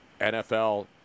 NFL